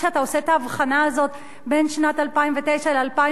כשאתה עושה את ההבחנה הזאת בין שנת 2009 ל-2010,